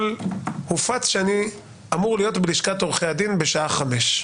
הופץ שאני אמור להיות בלשכת עורכי הדין בשעה חמש.